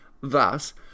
Thus